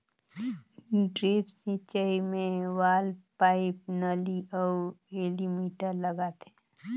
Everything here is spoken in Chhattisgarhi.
ड्रिप सिंचई मे वाल्व, पाइप, नली अउ एलीमिटर लगाथें